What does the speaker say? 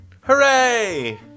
Hooray